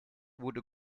wurde